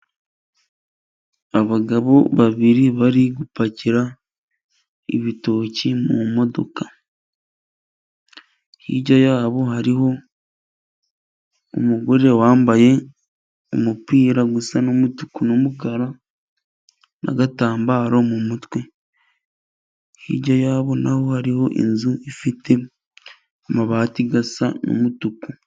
Abagabo babiri bari gupakira ibitoki mu modoka, hirya yabo hariho umugore wambaye umupira usa n'umutuku, n'umukara, n'agatambaro mu mutwe, hirya yabo naho hariho inzu ifite amabati asa n'umutuku.